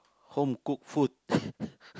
home cooked food